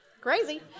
Crazy